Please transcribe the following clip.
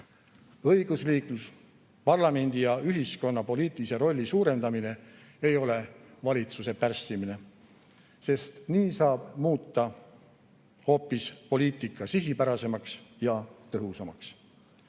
põhiseadus. Õigusriiklus, parlamendi ja ühiskonna poliitilise rolli suurendamine ei ole valitsuse pärssimine, sest nii saab muuta poliitika hoopis sihipärasemaks ja tõhusamaks.